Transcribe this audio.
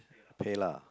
pay lah